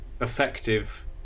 effective